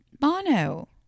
mono